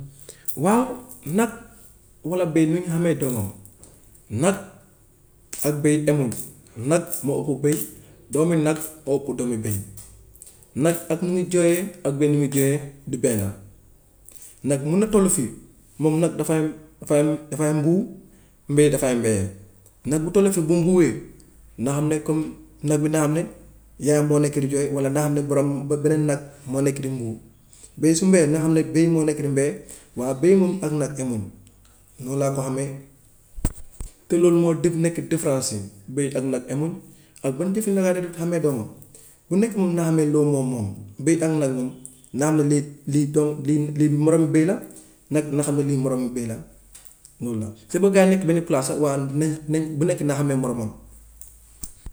Waaw nag walla bëy nuñ xàmmee doomam nag ak bëy emuñu nag moo ëpp bëy doomi nag moo ëpp doomi bëy nag ak ni muy jooyee ak bëy ak ni muy jooyee du benn. Nag mun na toll fii moom nag dafay dafay dafay mbuu mbëy dafay mbee. Nag bu toll fii bu mbuu wee na xam ne comme nag bi na xam ne yaayam moo nekk di jooy walla na xam ne borom beneen nag moo nekk di mbuu. Bëy su mbee na xam ne bëy moo nekk di mbee. waa bëy moom ak nag emuñu noonu laa ko xamee te loolu moo di nekk différence yi bëy ak nag emul ak ban jëf la yaay ji di xamee doomam bu nekk mu naa xàmmee doomam moom. Bëy ak nag moom na xam ne lii lii doom lii moromu bëy la nag na xam ne lii moromu bëy la loolu la c'est que gaa yee nekk benn place rek waaye nañ nañ bu nekk di na xàmme moromam.